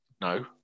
No